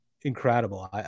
incredible